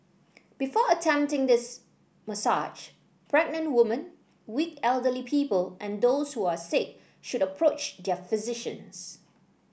before attempting this massage pregnant women weak elderly people and those who are sick should approach their physicians